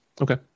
Okay